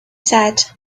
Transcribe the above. said